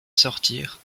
sortir